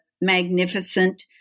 magnificent